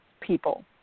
people